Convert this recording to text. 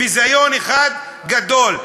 ביזיון אחד גדול.